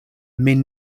min